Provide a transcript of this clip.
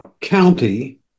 county